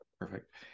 Perfect